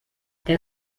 der